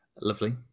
Lovely